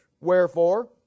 Wherefore